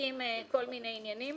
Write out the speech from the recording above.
מפרקים כל מיני עניינים